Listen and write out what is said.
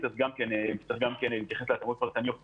וצריך להתייחס להתאמות פרטניות לתלמידים,